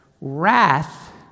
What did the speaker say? Wrath